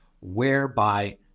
whereby